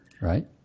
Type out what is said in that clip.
Right